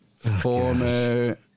Former